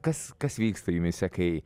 kas kas vyksta jumyse kai